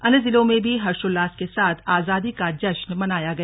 अन्य जिलों में भी हर्षोल्लास के साथ आजादी का जश्न मनाया गया